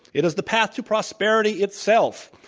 it is the path to prosperity itself.